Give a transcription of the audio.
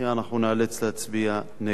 אנחנו ניאלץ להצביע נגד.